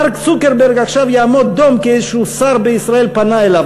מארק צוקרברג עכשיו יעמוד דום כי איזה שר בישראל פנה אליו,